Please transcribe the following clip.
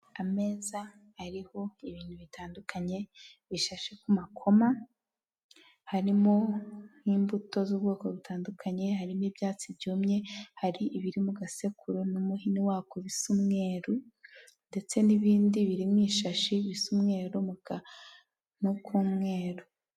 Ameza ariho ibintu bitandukanye bishashe ku makoma harimo nk'imbuto z'ubwoko butandukanye hari n'ibyatsi byumye hari ibiri mu gasekuru n'umuhini wako bisa umweru ndetse n'ibindi biririmo ishashi bisa umweru mu kantu k'umweru.